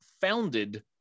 founded